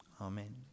Amen